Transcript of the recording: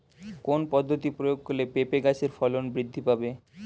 কোন পদ্ধতি প্রয়োগ করলে পেঁপে গাছের ফলন বৃদ্ধি পাবে?